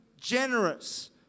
generous